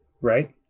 Right